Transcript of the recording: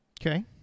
Okay